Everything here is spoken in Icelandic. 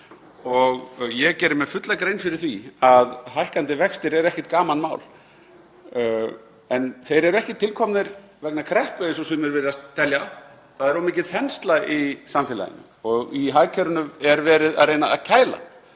Ég geri mér fulla grein fyrir því að hækkandi vextir eru ekkert gamanmál en þeir eru ekki til komnir vegna kreppu eins og sumir virðast telja. Það er of mikil þensla í samfélaginu og í hagkerfinu er verið að reyna að kæla.